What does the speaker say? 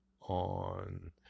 on